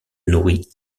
nourrit